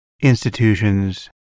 institutions